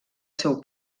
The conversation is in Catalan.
seu